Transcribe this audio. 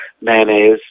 mayonnaise